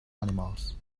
animals